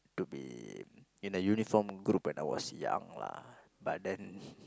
to be in a uniform group when I was young lah but then